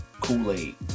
kool-aid